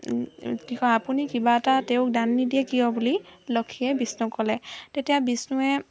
কি কয় আপুনি কিবা এটা তেওঁক দান নিদিয়ে কিয় বুলি লক্ষীয়ে বিষ্ণুক ক'লে তেতিয়া বিষ্ণুৱে